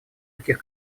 таких